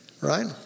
right